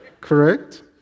Correct